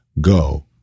go